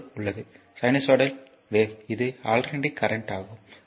3 உள்ளது sinusoidal wave இது alternating current ஆகும்